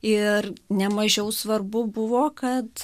ir nemažiau svarbu buvo kad